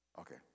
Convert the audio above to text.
Okay